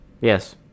Yes